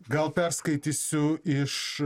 gal perskaitysiu iš